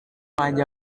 wanjye